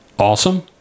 awesome